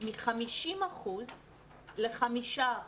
מ-50% ל-5%.